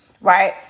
right